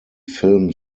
film